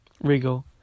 Regal